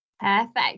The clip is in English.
Perfect